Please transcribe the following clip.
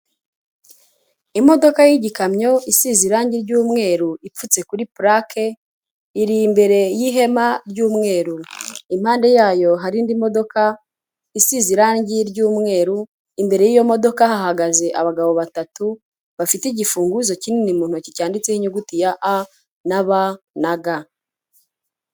Imodoka y'Igikamyo isize irangi ry'umweru ipfutse kuri purake iri imbere y'ihema ry'umweru, impande yayo hari indi modoka isize irangi ry'umweru, imbere y'iyo modoka hahagaze abagabo batatu bafite igifunguzo kinini mu ntoki cyanditseho inyuguti ya A na B na G.